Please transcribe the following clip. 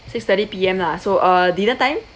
six thirty P_M lah so uh dinner time